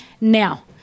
now